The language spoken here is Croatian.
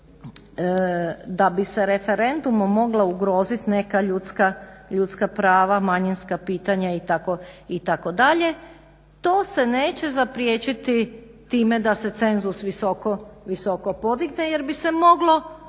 da bi se referendumom mogla ugrozit neka ljudska prava, manjinska pitanja itd. to se neće zapriječiti time da se cenzus visoko podigne jer bi se moglo